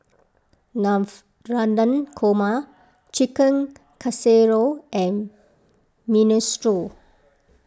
Navratan Korma Chicken Casserole and Minestrone